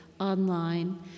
online